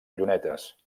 llunetes